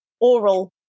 oral